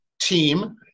Team